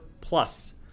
plus